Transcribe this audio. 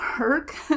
work